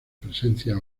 presencia